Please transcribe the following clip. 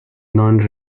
non